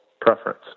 preference